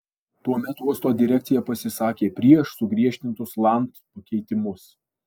tuomet uosto direkcija pasisakė prieš sugriežtintus land pakeitimus